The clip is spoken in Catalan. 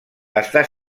està